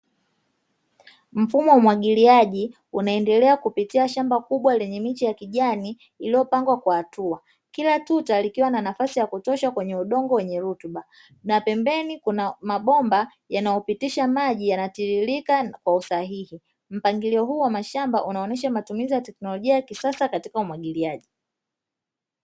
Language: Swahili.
Mfumo wa umwagiliaji unaendelea kupitia shamba kubwa lenye miche ya kijani iliyopangwa kwa hatua, kila tuta likiwa na nafasi ya kutosha kwenye udongo wenye rutuba na pembeni kuna mabomba yanayopitisha maji yanatiririka kwa usahihi. Mpangilio huu wa mashamba unaonesha matumizi ya teknolojia ya kisasa katika umwagiliaji.